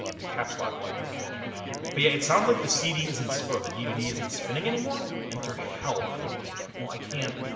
the caps lock light doesn't even turn on. but yeah, it sounds like the cd isn't, so ah the dvd isn't spinning anymore. enter help for a list of, well i can't.